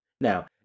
Now